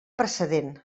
precedent